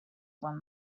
one